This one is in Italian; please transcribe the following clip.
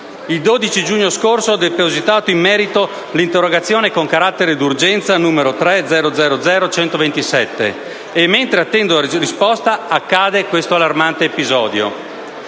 Il 12 giugno scorso ho depositato in merito l'interrogazione con carattere di urgenza 3-00127 e mentre attendo risposta accade questo allarmante episodio.